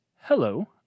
Hello